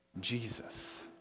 Jesus